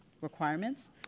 requirements